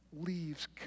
leaves